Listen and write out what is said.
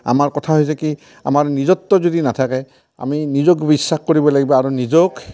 আমাৰ কথা হৈছে কি আমাৰ নিজত্ব যদি নাথাকে আমি নিজক বিশ্বাস কৰিব লাগিব আৰু নিজক